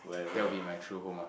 that'll be my true home ah